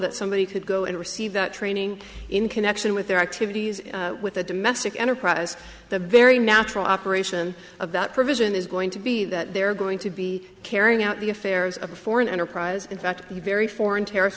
that somebody could go and receive that training in connection with their activities with a domestic enterprise the very natural operation of that provision is going to be that they're going to be carrying out the affairs of a foreign enterprise in fact the very foreign terrorist